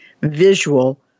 visual